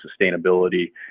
sustainability